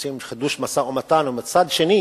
רוצים חידוש משא-ומתן, ומצד שני